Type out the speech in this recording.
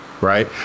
right